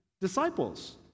disciples